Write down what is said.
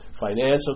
financial